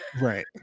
Right